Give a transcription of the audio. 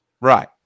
Right